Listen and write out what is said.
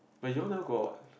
but you all never go out what